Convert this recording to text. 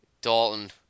Dalton